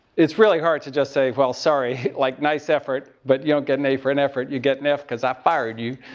it's really hard to just say, well, sorry, like, nice effort, but you don't get an a for an effort. you get an f because i fired you.